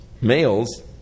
males